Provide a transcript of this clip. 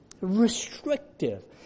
restrictive